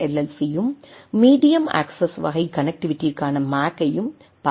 சியையும் medium access வகை கனெக்ட்டிவிட்டிற்கான மேக்கையும் பார்த்தோம்